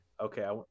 Okay